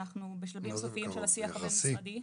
אנחנו בשלבים סופיים של השיח הבין משרדי.